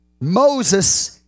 Moses